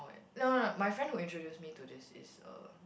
no no my friend who introduce me to this is a